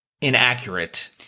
inaccurate